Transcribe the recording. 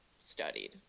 studied